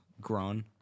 grown